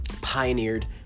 pioneered